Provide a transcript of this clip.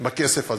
בכסף הזה.